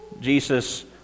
Jesus